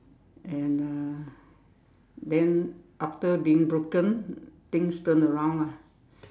and uh then after being broken things turns around lah